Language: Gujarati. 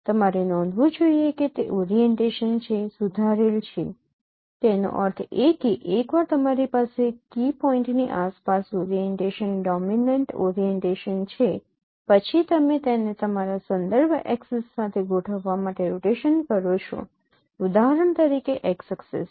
તમારે નોંધવું જોઈએ કે તે ઓરીએન્ટેશન છે સુધારેલ છે તેનો અર્થ એ કે એકવાર તમારી પાસે કી પોઈન્ટની આસપાસ ઓરીએન્ટેશન ડોમિનેન્ટ ઓરીએન્ટેશન્સ છે પછી તમે તેને તમારા સંદર્ભ ઍક્સિસ સાથે ગોઠવવા માટે રોટેશન કરો છો ઉદાહરણ તરીકે x ઍક્સિસ